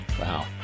Wow